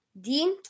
Dean